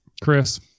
Chris